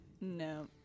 No